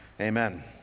Amen